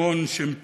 שמעון שם טוב,